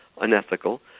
unethical